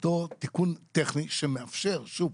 אותו תיקון טכני שמאפשר שוב